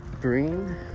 green